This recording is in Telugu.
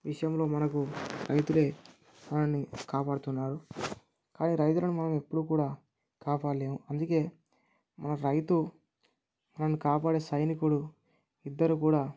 విషయంలో మనకు రైతులే మనల్ని కాపాడుతున్నారు కానీ రైతులను మనం ఎప్పుడు కూడా కాపాడలేము అందుకే మనకు రైతు మనల్ని కాపాడే సైనికుడు ఇద్దరు కూడా